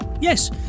yes